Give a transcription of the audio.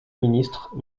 ministre